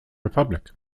republic